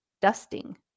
dusting